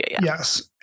Yes